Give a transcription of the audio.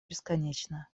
бесконечно